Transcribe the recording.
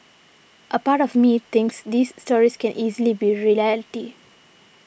a part of me thinks these stories can easily be reality